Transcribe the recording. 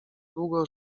długo